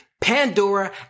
Pandora